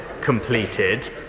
completed